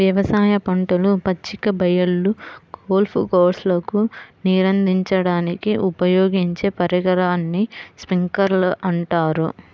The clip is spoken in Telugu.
వ్యవసాయ పంటలు, పచ్చిక బయళ్ళు, గోల్ఫ్ కోర్స్లకు నీరందించడానికి ఉపయోగించే పరికరాన్ని స్ప్రింక్లర్ అంటారు